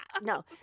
No